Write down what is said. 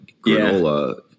granola